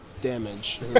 damage